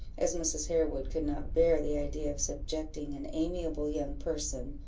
as mrs. harewood could not bear the idea of subjecting an amiable young person,